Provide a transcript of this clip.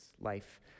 life